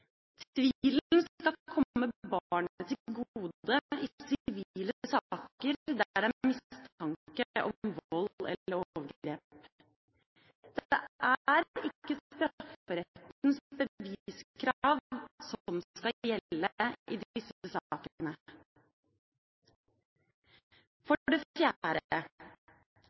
Tvilen skal komme barnet til gode i sivile saker der det er mistanke om vold eller overgrep. Det er ikke strafferettens beviskrav som skal gjelde i